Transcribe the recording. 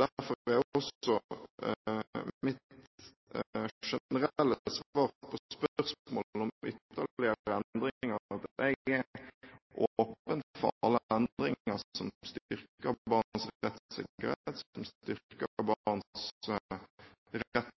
Derfor er også mitt generelle svar på spørsmålet om ytterligere endringer at jeg er åpen for alle endringer som styrker barns rettssikkerhet, som styrker barns rett